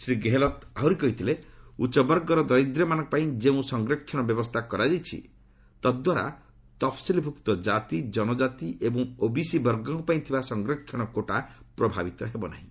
ଶ୍ରୀ ଗେହଲତ୍ ଆହୁରି କହିଥିଲେ ଉଚ୍ଚବର୍ଗର ଦରିଦ୍ରମାନଙ୍କ ପାଇଁ ଯେଉଁ ସଂରକ୍ଷଣ ବ୍ୟବସ୍ଥା କରାଯାଇଛି ତଦ୍ୱାରା ତଫସିଲ୍ଭୁକ୍ତ ଜାତି ଜନଜାତି ଏବଂ ଓବିସି ବର୍ଗଙ୍କପାଇଁ ଥିବା ସଂରକ୍ଷଣ କୋଟା ପ୍ରଭାବିତ ହେବ ନାହିଁ